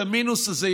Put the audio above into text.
את המינוס הזה,